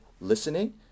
listening